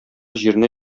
җиренә